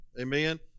Amen